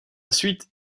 suite